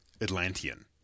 Atlantean